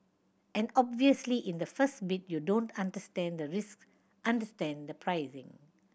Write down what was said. and obviously in the first bid you don't understand the risk understand the pricing